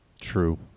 True